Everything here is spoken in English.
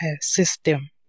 system